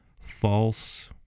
false